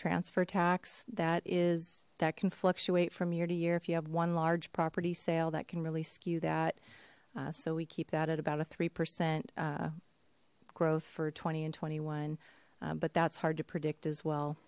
transfer tax that is that can fluctuate from year to year if you have one large property sale that can really skew that so we keep that at about a three percent growth for twenty and twenty one but that's hard to predict as